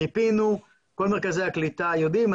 מיפינו וכל מרכזי הקליטה יודעים,